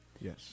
Yes